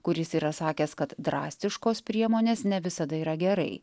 kuris yra sakęs kad drastiškos priemonės ne visada yra gerai